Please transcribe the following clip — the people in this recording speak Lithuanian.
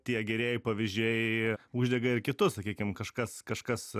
tie gerieji pavyzdžiai uždega ir kitus sakykim kažkas kažkas